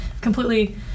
completely